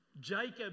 Jacob